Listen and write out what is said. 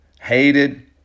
hated